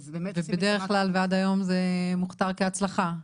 ובדרך כלל, ועד היום זה מוכתר כהצלחה?